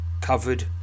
covered